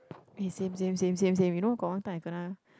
eh same same same same same you know got one time I kena